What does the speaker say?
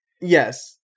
Yes